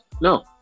No